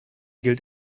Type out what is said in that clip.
gilt